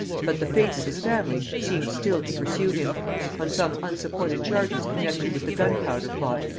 but the fate of his family seemed still to pursue him on some unsupported charges connected with the gunpowder plot,